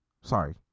Sorry